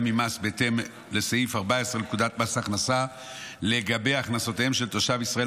ממס בהתאם לסעיף 14 לפקודת מס הכנסה לגבי הכנסותיהם של תושב ישראל